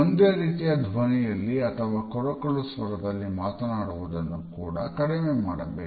ಒಂದೇ ರೀತಿಯ ಧ್ವನಿಯಲ್ಲಿ ಅಥವಾ ಕೊರಕಲು ಸ್ವರದಲ್ಲಿ ಮಾತನಾಡುವುದನ್ನು ಕೂಡ ಕಡಿಮೆ ಮಾಡಬೇಕು